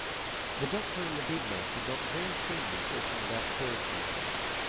the doctor and the bed-maker got very friendly talking about birds and things.